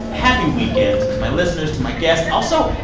happy weekend to my listeners, to my guest. also,